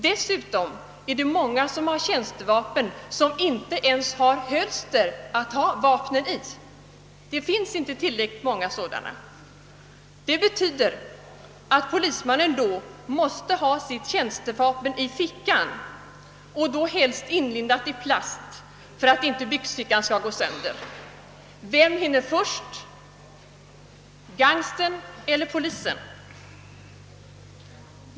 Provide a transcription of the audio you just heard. Dessutom saknar många som har tjänstevapen hölster att ha vapnen i — det finns inte tillräckligt många. Det betyder att polismannen måste ha sitt tjänstevapen i fickan, helst inlindat i plast för att byxfickan inte skall gå sönder. Vem hinner först: gangstern eller polisen?